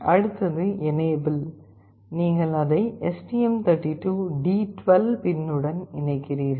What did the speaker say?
அடுத்தது எனேபிள் நீங்கள் அதை எஸ்டிஎம்32 D12 பின் உடன் இணைக்கிறீர்கள்